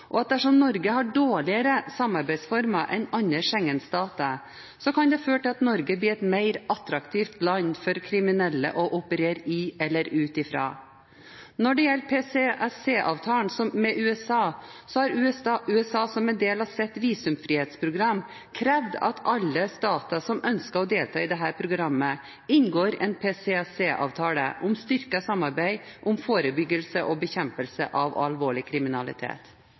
og at dersom Norge har dårligere samarbeidsformer enn andre Schengen-stater, kan det føre til at Norge blir et mer attraktivt land for kriminelle å operere i eller ut fra. Når det gjelder PCSC-avtalen med USA, har USA som en del av sitt visumfrihetsprogram krevd at alle stater som ønsker å delta i dette programmet, inngår en PCSC-avtale om styrket samarbeid om forebyggelse og bekjempelse av alvorlig kriminalitet.